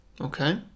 Okay